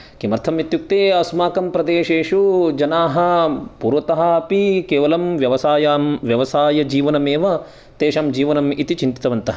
किमर्थम् इत्युक्ते अस्माकं प्रदेशेषु जनाः पूर्वतः अपि केवलं व्यवसायं व्यवसायजीवनमेव तेषां जीवनं इति चिन्तितवन्तः